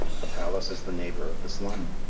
the palace is the neighbor of the slum.